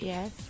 Yes